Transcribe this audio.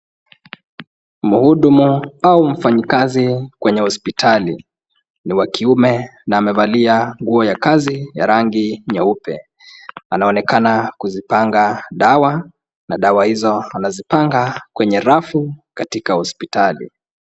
Mhuduma au mfanyikazi kwenye hospitali. Ni wa kiume na amevalia nguo ya kazi ya rangi nyeupe. Anaonekana kuzipanga dawa, na dawa hizo anazipanga kwenye rafu katika hospitali.